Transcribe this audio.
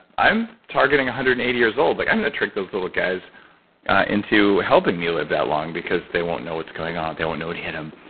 i'm targeting one hundred and eighty years old. like i'm going to trick those little guys into helping me live that long because they won't know what's going on. they won't know what hit them.